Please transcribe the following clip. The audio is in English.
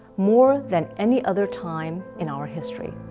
more than any other time in our history.